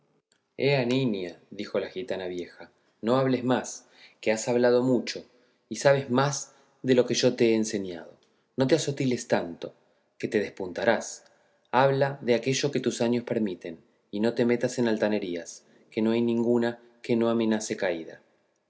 ea niña dijo la gitana vieja no hables más que has hablado mucho y sabes más de lo que yo te he enseñado no te asotiles tanto que te despuntarás habla de aquello que tus años permiten y no te metas en altanerías que no hay ninguna que no amenace caída